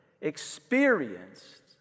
experienced